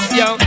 yo